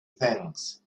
things